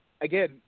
again